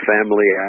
Family